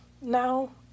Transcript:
Now